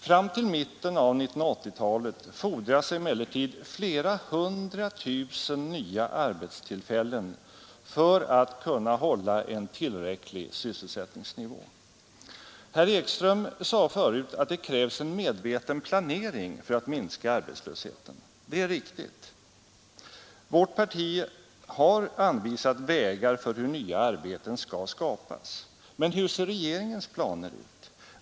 Fram till mitten av 1980-talet fordras emellertid flera hundra tusen nya arbetstillfällen för att kunna hålla en tillräcklig sysselsättningsnivå. Herr Ekström sade förut att det krävs en medveten planering för att minska arbetslösheten. Det är riktigt. Vårt parti har anvisat vägar för hur nya arbeten skall skapas. Men hur ser regeringens planer ut?